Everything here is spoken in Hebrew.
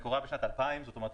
מקורה בשנת 2000. זאת אומרת,